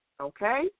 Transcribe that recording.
okay